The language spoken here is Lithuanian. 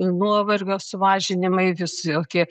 nuovargio sumažinimai visokie